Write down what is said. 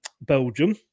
Belgium